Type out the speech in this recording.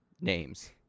names